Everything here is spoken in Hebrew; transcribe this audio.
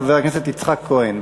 חבר הכנסת יצחק כהן.